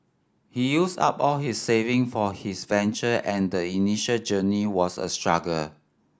he used up all his saving for his venture and the initial journey was a struggle